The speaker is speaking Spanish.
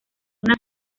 una